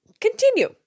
continue